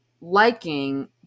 Liking